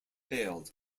failed